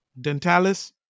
Dentalis